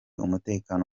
umutekano